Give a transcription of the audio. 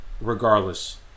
regardless